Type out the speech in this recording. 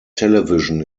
television